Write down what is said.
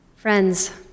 Friends